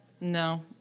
No